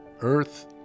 Earth